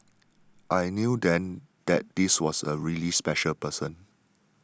I knew then that this was a really special person